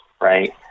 right